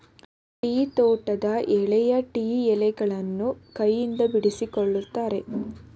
tea ತೋಟದ ಎಳೆಯ tea ಎಲೆಗಳನ್ನು ಕೈಯಿಂದ ಬಿಡಿಸಿಕೊಳ್ಳುತ್ತಾರೆ